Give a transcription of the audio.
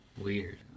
Weird